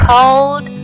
Cold